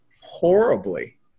horribly